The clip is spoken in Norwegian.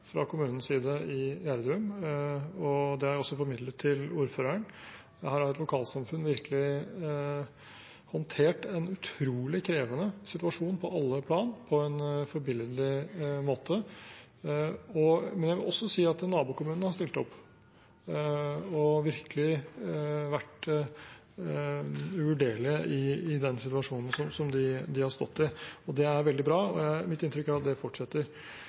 fra kommunens side i Gjerdrum. Det har jeg også formidlet til ordføreren. Her har lokalsamfunnet virkelig håndtert en på alle plan utrolig krevende situasjon på en forbilledlig måte. Jeg vil også si at nabokommunene har stilt opp og virkelig vært uvurderlige i den situasjonen de har stått i. Det er veldig bra. Mitt inntrykk er at det fortsetter.